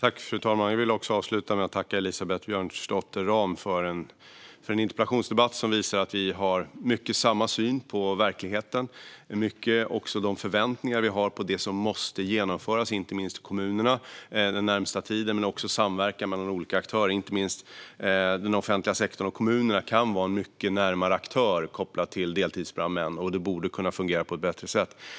Fru talman! Jag vill avsluta med att tacka Elisabeth Björnsdotter Rahm för en interpellationsdebatt som visar att vi i mycket har samma syn på verkligheten. Det handlar också mycket om de förväntningar vi har på det som måste genomföras, inte minst i kommunerna, under den närmaste tiden. Det gäller även samverkan mellan olika aktörer, där inte minst den offentliga sektorn och kommunerna kan vara en mycket närmare aktör kopplat till deltidsbrandmän. Det borde kunna fungera på ett bättre sätt.